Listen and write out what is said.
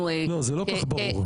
לא, זה לא כל כך ברור.